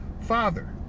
father